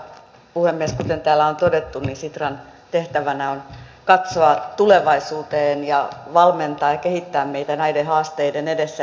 kuten täällä on todettu sitran tehtävänä on katsoa tulevaisuuteen ja valmentaa ja kehittää meitä näiden haasteiden edessä